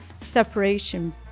separation